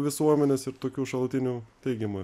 visuomenės ir tokių šalutinių teigiamų